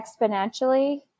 exponentially